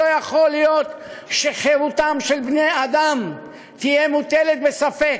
שלא יכול להיות שחירותם של בני-אדם תהיה מוטלת בספק.